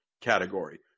category